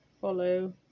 Follow